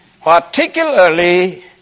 particularly